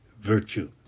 virtue